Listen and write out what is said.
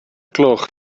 gloch